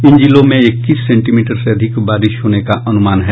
इन जिलों में इक्कीस सेंटीमीटर से अधिक बारिश होने का अनुमान है